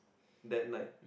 that night